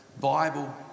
Bible